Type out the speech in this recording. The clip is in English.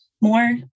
more